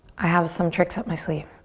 i have some tricks up my sleeve.